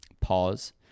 pause